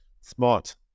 smart